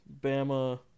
bama